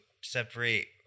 separate